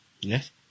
yes